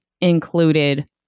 included